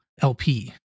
LP